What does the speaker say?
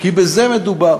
כי בזה מדובר.